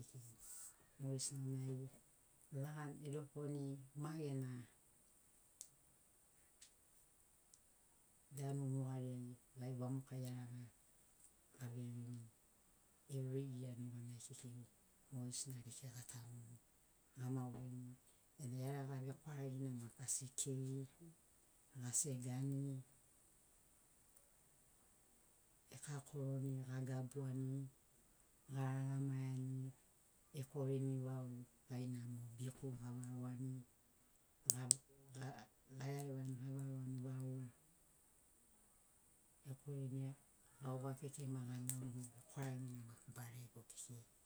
Mogesinai lagani edokoni ma gena danu nugariai gai vamokai iaraga aveini evri ia nuganai kekei mogesina kekei gatanuni amagurini e iaraga vekwaragina maki asi kei gasegani ekakoroni gagabuani garagamaiani ekorini vau gaina mo biku avaroani aearevaiani avaroani vau ekorini gaua keikei ma galauni vekwaragina maki barego kekei.